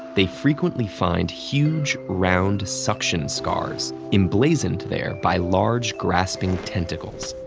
they frequently find huge, round suction scars, emblazoned there by large, grasping tentacles.